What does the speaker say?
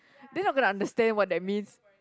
they're not gonna understand what that means